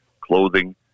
clothing